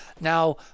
Now